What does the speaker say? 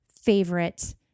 favorite